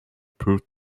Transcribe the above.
proved